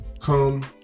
Come